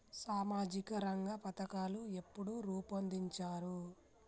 సామాజిక రంగ పథకాలు ఎప్పుడు రూపొందించారు?